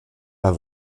pas